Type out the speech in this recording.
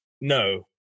no